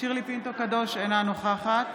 שירלי פינטו קדוש, אינה נוכחת